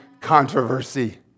controversy